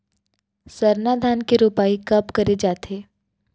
सरना धान के रोपाई कब करे जाथे?